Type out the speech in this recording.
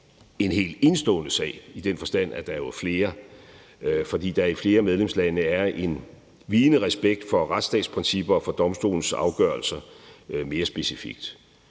en helt enestående sag i den forstand, at der jo er flere af dem, fordi der i flere medlemslande er en vigende respekt for retsstatsprincipper og domstolens afgørelser mere specifikt.